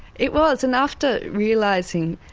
it was, and after realising,